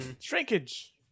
Shrinkage